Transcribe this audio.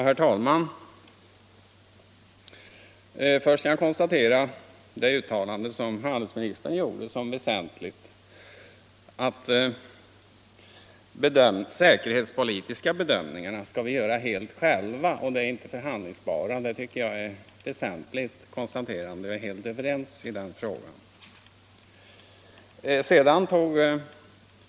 Herr talman! Först konstaterar jag att handelsministern gjorde det väsentliga uttalandet att de säkerhetspolitiska bedömningarna skall vi helt göra själva, och de är inte förhandlingsbara. Det tycker jag är ett väsentligt konstaterande, och vi är helt överens i den frågan.